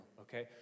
okay